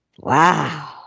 Wow